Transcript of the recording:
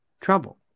trouble